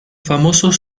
famosos